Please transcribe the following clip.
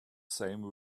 same